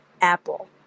apple